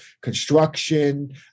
construction